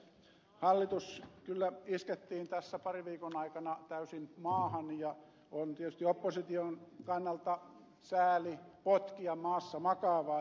hallitus kyllä iskettiin tässä parin viikon aikana täysin maahan ja on tietysti opposition kannalta sääli potkia maassa makaavaa